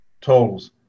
Totals